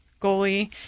goalie